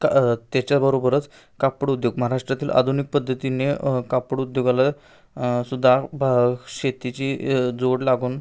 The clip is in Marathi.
का त्याच्याबरोबरच कापड उद्योग महाराष्ट्रातील आधुनिक पद्धतीने कापड उद्योगाला सुद्धा भ शेतीची जोड लागून